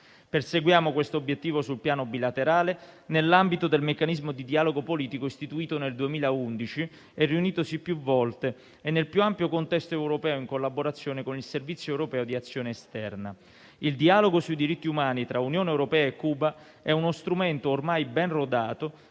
Perseguiamo quest'obiettivo sul piano bilaterale nell'ambito del meccanismo di dialogo politico istituito nel 2011 e riunitosi più volte e nel più ampio contesto europeo, in collaborazione con il Servizio europeo per l'azione esterna. Il dialogo sui diritti umani tra Unione europea e Cuba è uno strumento ormai ben rodato